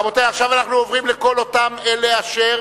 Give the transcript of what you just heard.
רבותי, עכשיו אנחנו עוברים לכל אותם אלה אשר